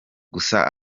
gusa